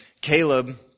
Caleb